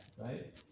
right